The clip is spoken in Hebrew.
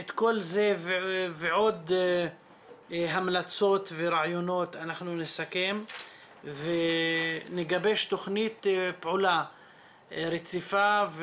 את כל זה ועוד המלצות ורעיונות אנחנו נסכם ונגבש תוכנית פעולה רציפה.